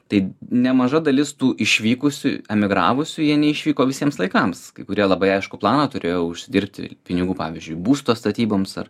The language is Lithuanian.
tai nemaža dalis tų išvykusių emigravusių jie neišvyko visiems laikams kai kurie labai aiškų planą turėjo užsidirbti pinigų pavyzdžiui būsto statyboms ar